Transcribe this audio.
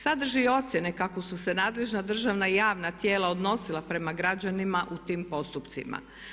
Sadrži ocjene kako su se nadležna državna javna tijela odnosila prema građanima u tim postupcima.